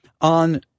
on